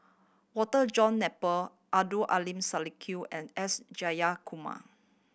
Walter John Napier Abdul Aleem and S Jayakumar